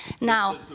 Now